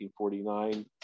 1949